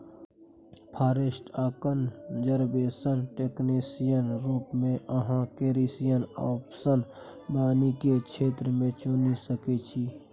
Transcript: forest आ conservation technician रुप मे अहाँ कैरियर आप्शन बानिकी क्षेत्र मे चुनि सकै छी